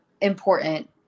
important